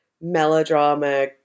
melodrama